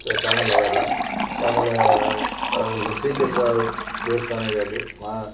ತ ತಾಣಗಳು ಅವೆಲ್ಲ ಆಮೇಲೆ ಶ್ರೀಚಕ್ರ ದೇವಸ್ಥಾನ ಇದೆ ಅಲ್ಲಿ